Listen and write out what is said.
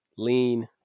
lean